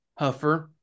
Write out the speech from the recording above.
Huffer